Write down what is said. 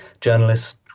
journalists